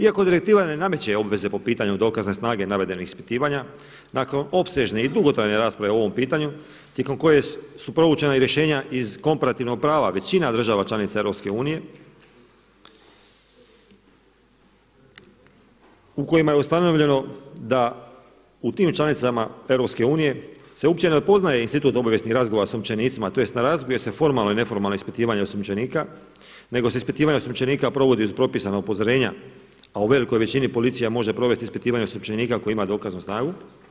Iako direktiva ne nameće obveze po pitanju dokazne snage navedenih ispitivanja nakon opsežne i dugotrajne rasprave o ovom pitanju tijekom koje su provučena i rješenja iz komparativnog prava, većina država članica EU u kojima je ustanovljeno da u tim članicama EU se uopće ne poznaje institut obavijesnih razgovora sa osumnjičenicima tj. na razlikuje se uopće formalna i neformalna ispitivanja osumnjičenika, nego se ispitivanje osumnjičenika provodi uz propisana upozorenja, a u velikoj većini policija može provesti ispitivanje osumnjičenika koji ima dokaznu snagu.